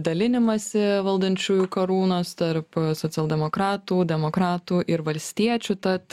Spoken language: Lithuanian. dalinimąsi valdančiųjų karūnos tarp socialdemokratų demokratų ir valstiečių tad